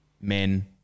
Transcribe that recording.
men